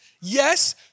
yes